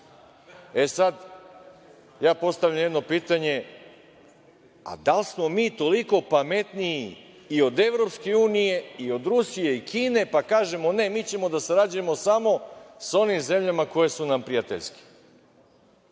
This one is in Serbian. Ja sad postavljam jedno pitanje - a da li smo mi toliko pametniji i od EU i od Rusije i Kine, pa kažemo - ne, mi ćemo da sarađujemo samo sa onim zemljama koje su nam prijateljske?